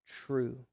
true